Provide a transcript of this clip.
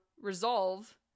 resolve